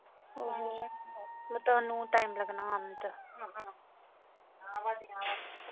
म थुहानू टैम लग्गना औंदे